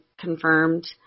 confirmed